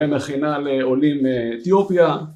מכינה לעולים מאתיופיה